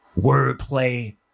wordplay